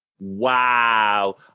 Wow